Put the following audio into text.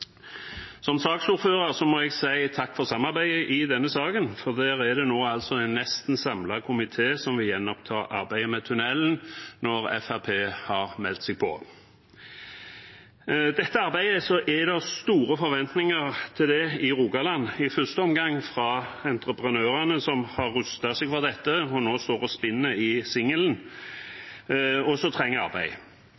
Som saksordfører må jeg si takk for samarbeidet i denne saken, for det er nå nesten en samlet komité som vil gjenoppta arbeidet med tunnelen når Fremskrittspartiet har meldt seg på. Det er store forventninger til dette arbeidet i Rogaland, i første omgang fra entreprenørene, som har rustet seg for dette, og nå står og spinner i singelen